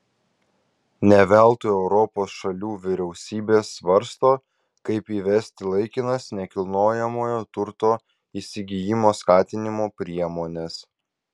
ne veltui europos šalių vyriausybės svarsto kaip įvesti laikinas nekilnojamojo turto įsigijimo skatinimo priemones